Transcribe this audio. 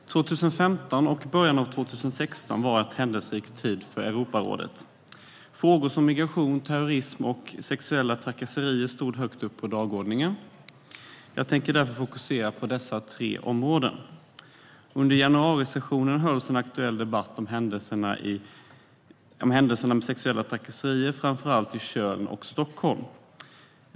Fru talman! År 2015 och början av 2016 har varit en händelserik tid för Europarådet. Frågor som migration, terrorism och sexuella trakasserier har stått högt upp på dagordningen. Jag tänker därför fokusera på dessa tre områden. Under januarisessionen hölls en aktuell debatt om händelserna med sexuella trakasserier i framför allt Köln och Stockholm.